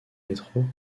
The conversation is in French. métro